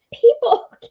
people